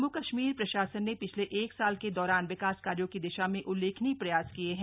जम्मू कश्मीर प्रशासन ने पिछले एक साल के दौरान विकास कार्यो की दिशा में उल्लेखनीय प्रयास किए है